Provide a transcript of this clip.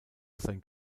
sein